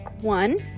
one